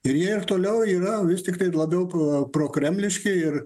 ir jie toliau yra tiktai labiau pro prokremliški ir